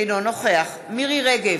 אינו נוכח מירי רגב,